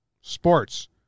Sports